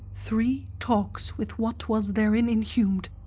three talkes with what was therein inhum'd.